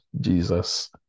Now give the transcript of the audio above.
Jesus